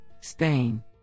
Spain